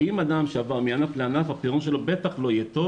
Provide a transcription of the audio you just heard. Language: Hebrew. אם אדם עבר מענף לענף הפריון שלו בטח לא יהיה טוב